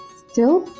still?